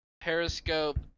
Periscope